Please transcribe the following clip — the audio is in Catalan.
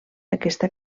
aquesta